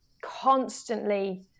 constantly